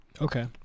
Okay